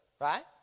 right